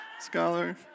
Scholar